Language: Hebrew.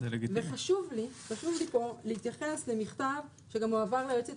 וחשוב לי פה להתייחס למכתב שגם הועבר ליועצת